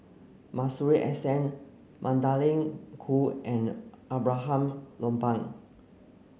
Masuri S N Magdalene Khoo and Abraham Lopan